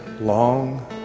long